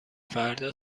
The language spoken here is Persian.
فردا